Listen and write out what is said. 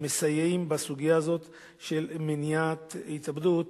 שמסייעות בסוגיה הזאת של מניעת התאבדות,